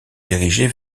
dirigés